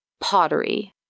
pottery